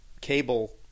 cable